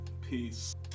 Peace